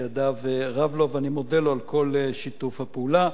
שידיו רב לו, ואני מודה לו על כל שיתוף הפעולה.